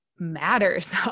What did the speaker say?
matters